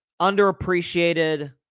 underappreciated